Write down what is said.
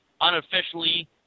unofficially